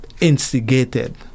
instigated